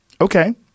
Okay